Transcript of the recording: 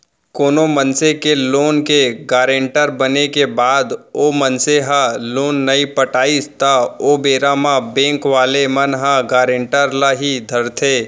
कोनो मनसे के लोन के गारेंटर बने के बाद ओ मनसे ह लोन नइ पटाइस त ओ बेरा म बेंक वाले मन ह गारेंटर ल ही धरथे